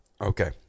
Okay